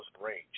range